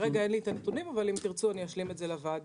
כרגע אין לי את הנתונים אבל אם תרצו אני אשלים את זה לוועדה.